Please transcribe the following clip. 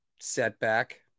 setback